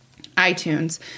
iTunes